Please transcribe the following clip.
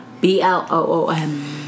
B-L-O-O-M